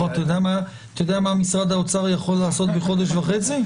אתה יודע מה משרד האוצר יכול לעשות בחודש וחצי?